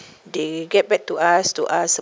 they get back to us to ask